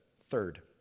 third